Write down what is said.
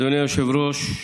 אדוני היושב-ראש,